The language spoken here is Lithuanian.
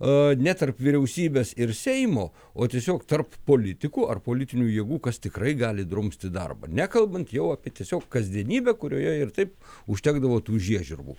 a ne tarp vyriausybės ir seimo o tiesiog tarp politikų ar politinių jėgų kas tikrai gali drumsti darbą nekalbant jau apie tiesiog kasdienybę kurioje ir taip užtekdavo tų žiežirbų